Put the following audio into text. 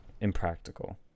impractical